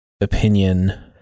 opinion